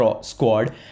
squad